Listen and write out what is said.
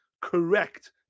correct